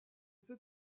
peut